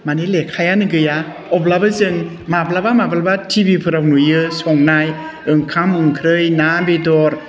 माने लेखायानो गैया अब्लाबो जों माब्लाबा माब्लाबा टिभिफोराव नुयो संनाय ओंखाम ओंख्रि ना बेदर